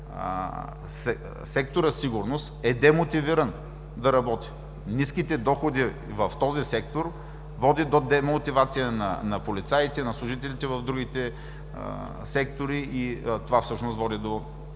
секторът „Сигурност“ е демотивиран да работи. Ниските доходи в този сектор водят до демотивация на полицаите, на служителите в другите сектори. Това всъщност води до